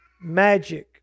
magic